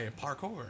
parkour